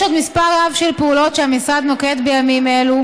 יש עוד מספר רב של פעולות שהמשרד נוקט בימים אלו,